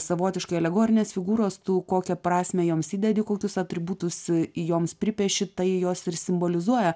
savotiškai alegorinės figūros tų kokią prasmę joms įdedi kokius atributus i joms pripieši tai jos ir simbolizuoja